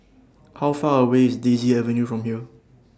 How Far away IS Daisy Avenue from here